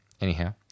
Anyhow